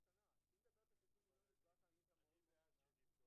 אתם מדברים על אותו יום, לא על אותן שעות